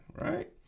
Right